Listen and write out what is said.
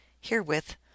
herewith